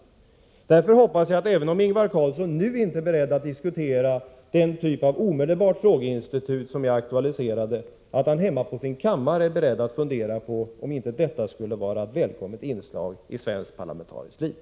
medel att bekämpa Därför hoppas jag att Ingvar Carlsson, om han inte nu är beredd att ärbetslösheten diskutera den typ av omedelbart frågeinstitut som jag aktualiserade, ändå på sin kammare är beredd att fundera på om inte detta skulle vara ett välkommet inslag i svenskt parlamentariskt liv.